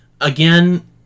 again